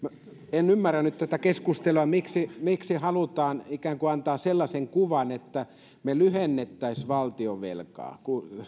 en ymmärrä nyt tätä keskustelua miksi miksi halutaan ikään kuin antaa sellainen kuva että me lyhentäisimme valtionvelkaa kun